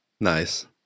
Nice